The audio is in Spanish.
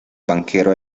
banquero